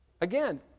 Again